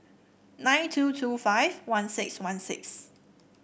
nine two two five one six one six